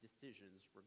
decisions